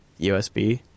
USB